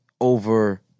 over